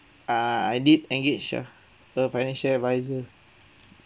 err I did engage a a financial advisor